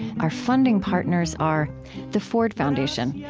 our funding partners are the ford foundation, yeah